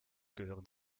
gehören